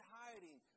hiding